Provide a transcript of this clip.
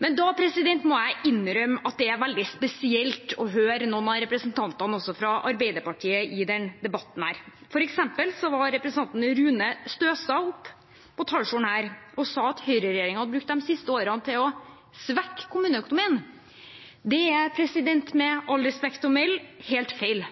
Da må jeg innrømme at det er veldig spesielt å høre noen av representantene fra Arbeiderpartiet i denne debatten. For eksempel var representanten Rune Støstad oppe på talerstolen og sa at høyreregjeringen hadde brukt de siste årene til å svekke kommuneøkonomien. Det er med respekt å melde helt feil.